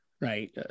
right